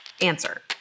Answer